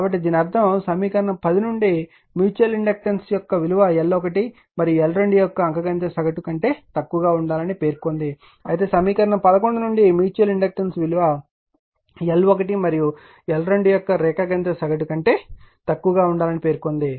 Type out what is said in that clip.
కాబట్టి దీని అర్థం సమీకరణం 10 నుండి మ్యూచువల్ ఇండక్టెన్స్ యొక్క విలువ L1 మరియు L2 యొక్క అంకగణిత సగటు కంటే తక్కువగా ఉండాలని పేర్కొంది అయితే సమీకరణం 11 నుండి మ్యూచువల్ ఇండక్టెన్స్ యొక్క విలువ L1 మరియు L2 యొక్క రేఖాగణిత సగటు కంటే తక్కువగా ఉండాలని పేర్కొంది